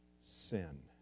sin